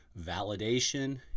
validation